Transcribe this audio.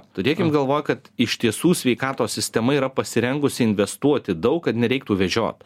turėkim galvoj kad iš tiesų sveikatos sistema yra pasirengusi investuoti daug kad nereiktų vežiot